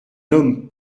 homme